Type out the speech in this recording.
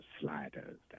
sliders